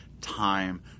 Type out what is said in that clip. time